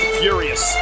furious